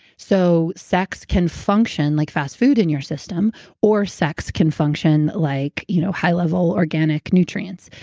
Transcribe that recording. so sex can function like fast food in your system or sex can function like you know high level organic nutrients.